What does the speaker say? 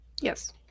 Yes